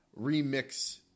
remix